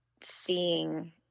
seeing